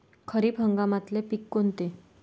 खरीप हंगामातले पिकं कोनते?